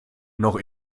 noch